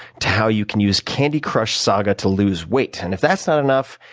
to how you can use candy crush saga to lose weight. and if that's not enough,